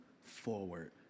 forward